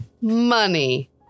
Money